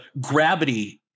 gravity